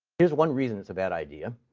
here's one reason it's a bad idea.